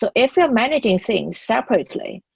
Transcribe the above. so if you're managing things separately,